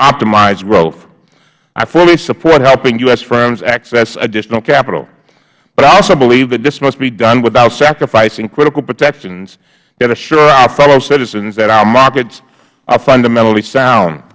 optimize growth i fully support helping u s firms access additional capital but i also believe that this must be done without sacrificing critical protections that assure our fellow citizens that our markets are fundamentally sound